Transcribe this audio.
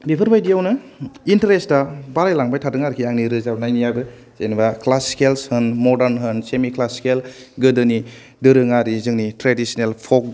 बेफोरबायदियावनो इन्ट्रेसया बाराय लांबाय थादों आरखि आंनि रोजाबनायनियाबो जेनावबा ख्लासिकेलस होन मर्दान होन सेमि ख्लासिकेल गोदोनि दोरोङारि जोंनि ट्रेदिसेनाल फल्क